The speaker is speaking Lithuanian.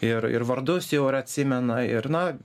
ir ir vardus jau yra atsimena ir na